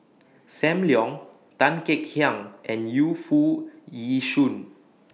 SAM Leong Tan Kek Hiang and Yu Foo Yee Shoon